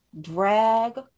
drag